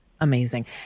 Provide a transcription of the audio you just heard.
Amazing